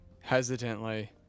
hesitantly